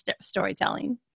storytelling